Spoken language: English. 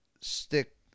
stick